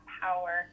power